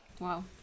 Wow